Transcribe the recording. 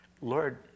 Lord